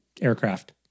aircraft